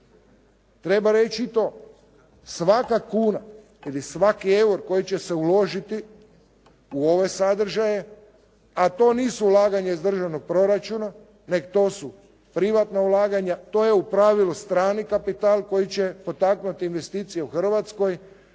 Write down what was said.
treba reći i to. Svaka kuna ili svaki euro koji će se uložiti u ove sadržaje, a to nisu ulaganja iz državnog proračuna, nego to su privatna ulaganja, to je u pravilu strani kapital koji će potaknuti investicije, on